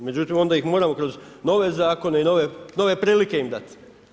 Međutim, onda ih moramo kroz nove zakone i nove prilike im dati.